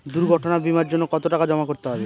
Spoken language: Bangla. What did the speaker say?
দুর্ঘটনা বিমার জন্য কত টাকা জমা করতে হবে?